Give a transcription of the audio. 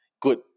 good